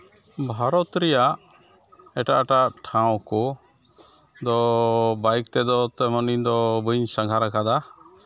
ᱵᱷᱟᱨᱚᱛ ᱨᱮᱭᱟᱜ ᱮᱴᱟᱜ ᱮᱴᱟᱜ ᱴᱷᱟᱶ ᱠᱚ ᱫᱚ ᱵᱟᱭᱤᱠ ᱛᱮᱫᱚ ᱛᱮᱢᱚᱱ ᱤᱧᱫᱚ ᱵᱟᱹᱧ ᱥᱟᱸᱜᱷᱟᱨ ᱠᱟᱫᱟ